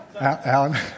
Alan